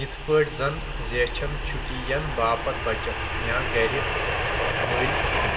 یِتھ پٲٹھۍ زَن زیچھَن چھُٹی ین باپتھ بچت یا گھرِ مٔلۍ ہیوٚن